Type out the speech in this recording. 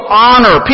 honor